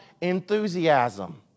enthusiasm